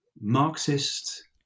Marxist